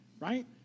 right